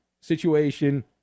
situation